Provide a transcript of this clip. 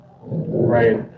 right